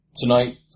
Tonight